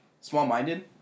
small-minded